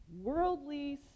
worldly